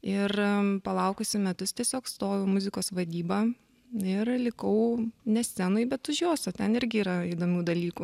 ir palaukusi metus tiesiog stojau į muzikos vadybą ir likau ne scenoj bet už jos o ten irgi yra įdomių dalykų